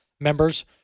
Members